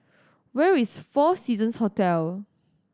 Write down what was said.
where is Four Seasons Hotel